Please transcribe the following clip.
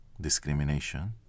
discrimination